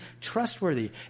trustworthy